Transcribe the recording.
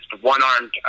one-armed